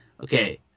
Okay